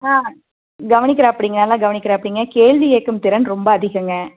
ஆ கவனிக்கிறாப்பிடிங்க நல்லா கவனிக்கிறாப்பிடிங்க கேள்வி கேட்கும் திறன் ரொம்ப அதிகம்க